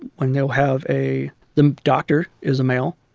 when you'll have a the doctor is a male.